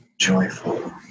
joyful